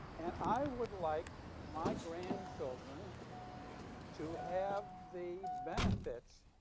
and i would like my grandchildren to have the benefits